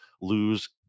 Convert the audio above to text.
lose